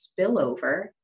spillover